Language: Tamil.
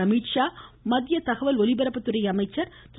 அமீத்ஷா மத்திய தகவல் ஒலிபரப்பு துறை அமைச்சர் திரு